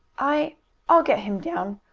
i i'll get him down!